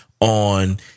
on